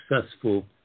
successful